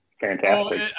fantastic